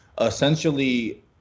Essentially